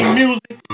music